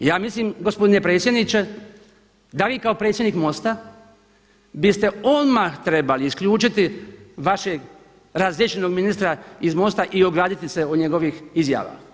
Ja mislim gospodine predsjedniče, da vi kao predsjednik MOST-a biste odmah trebali isključiti vašeg razriješenog ministra iz MOST-a i ograditi se od njegovih izjava.